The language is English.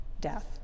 death